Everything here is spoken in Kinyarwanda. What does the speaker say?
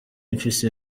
mfise